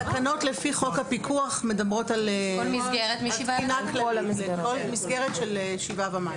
התקנות לפי חוק הפיקוח מדברות על כל מסגרת של שבעה ומעלה.